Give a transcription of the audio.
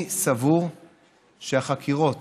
אני סבור שהחקירות